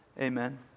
Amen